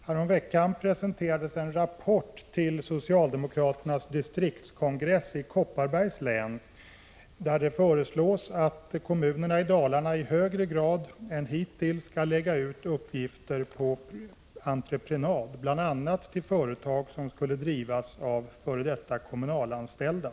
Häromveckan presenterades en rapport till socialdemokraternas distriktskongress i Kopparbergs län, i vilken det föreslås att kommunerna i Dalarna i högre grad skall lägga ut uppgifter på entreprenad till bl.a. företag som skulle drivas av f.d. kommunalanställda.